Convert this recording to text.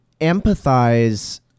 empathize